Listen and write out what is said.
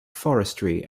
forestry